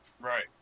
Right